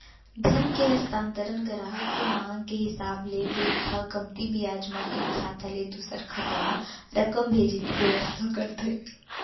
धन के हस्तांतरन गराहक के मांग के हिसाब ले बेंक ह कमती बियाज म एक खाता ले दूसर खाता म रकम भेजे के बेवस्था करथे